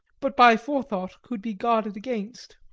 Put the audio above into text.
but by forethought could be guarded against.